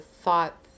thought